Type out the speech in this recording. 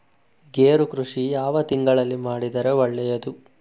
ಗೇರು ಕೃಷಿ ಯಾವ ತಿಂಗಳಲ್ಲಿ ಮಾಡಿದರೆ ಒಳ್ಳೆಯದು?